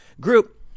group